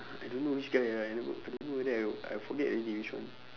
I don't know which guy ah I never I don't know whether I I forget already which one